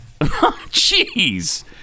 Jeez